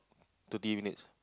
thirty minutes